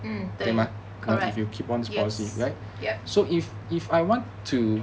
mm 对 correct yup